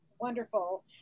wonderful